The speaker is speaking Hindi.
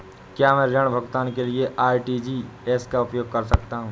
क्या मैं ऋण भुगतान के लिए आर.टी.जी.एस का उपयोग कर सकता हूँ?